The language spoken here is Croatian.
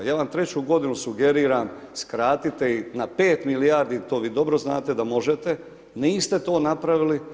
Ja vam treću godinu sugeriram skratite ih na 5 milijardi, to vi dobro znate da možete, niste to napravili.